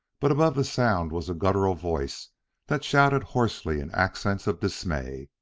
but above the sound was a guttural voice that shouted hoarsely in accents of dismay.